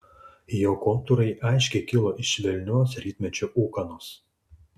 jo kontūrai aiškiai kilo iš švelnios rytmečio ūkanos